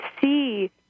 see